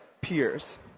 peers